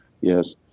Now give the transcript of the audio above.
yes